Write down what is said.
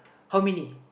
how many